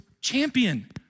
champion